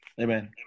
Amen